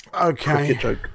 Okay